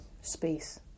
Space